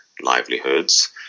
livelihoods